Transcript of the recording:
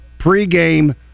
Pregame